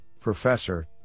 professor